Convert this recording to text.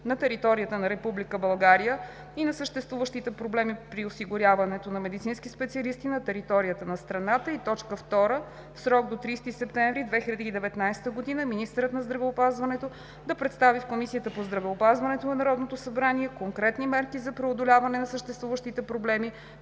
на територията на Република България и на съществуващите проблеми при осигуряването на медицински специалисти на територията на страната. 2. В срок до 30 септември 2019 г. министърът на здравеопазването да представи в Комисията по здравеопазването на Народното събрание конкретни мерки за преодоляване на съществуващите проблеми